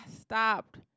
stopped